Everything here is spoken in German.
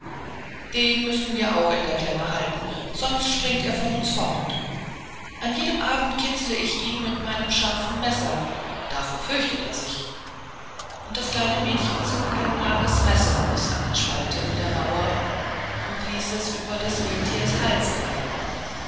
den müssen wir auch in der klemme halten sonst springt er von uns fort an jedem abend kitzele ich ihn mit meinem scharfen messer davor fürchtet er sich und das kleine mädchen zog ein langes messer aus einer spalte in der mauer und ließ es über des renntiers hals hingleiten